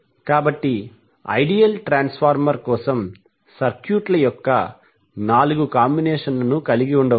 కాబట్టి ideal transformer కోసం సర్క్యూట్ల యొక్క నాలుగు కాంబినేషన్లను కలిగి ఉండవచ్చు